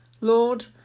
Lord